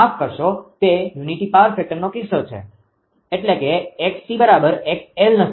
માફ કરશો તે યુનિટી પાવર ફેક્ટરનો કિસ્સો છે 𝑥𝑐𝑥𝑙 નથી